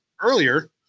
earlier